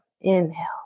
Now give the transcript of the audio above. Inhale